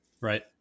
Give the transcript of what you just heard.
right